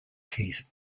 keith